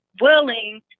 willing